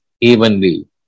evenly